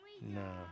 No